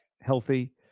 healthy